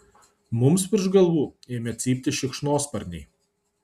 mums virš galvų ėmė cypti šikšnosparniai